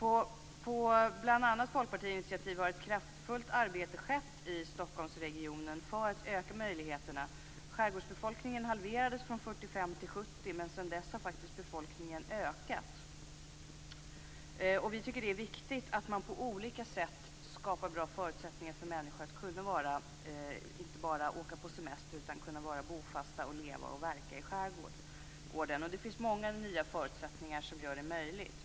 På bl.a. folkpartiinitiativ har ett kraftfullt arbete skett i Stockholmsregionen för att öka möjligheterna. 1970, men sedan dess har faktiskt skärgårdsbefolkningen ökat. Vi tycker att det är viktigt att man på olika sätt skapar bra förutsättningar för människor för att inte bara åka på semester utan också att kunna vara bofasta, leva och verka i skärgården. Det finns många nya förutsättningar som gör detta möjligt.